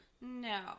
No